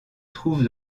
trouve